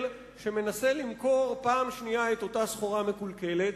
שמנסה למכור פעם שנייה את אותה סחורה מקולקלת.